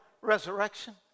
resurrection